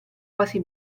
quasi